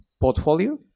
portfolio